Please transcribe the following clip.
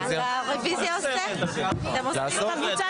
ההחלטה בדבר סדרי דיון מיוחדים בקריאה